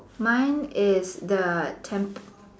mine is the